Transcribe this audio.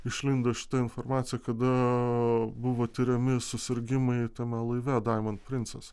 išlindo šita informacija kada buvo tiriami susirgimai tame laive diamond princess